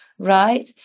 right